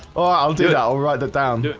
oh i'll do that alright the town do